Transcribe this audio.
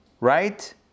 right